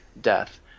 death